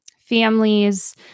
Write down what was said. families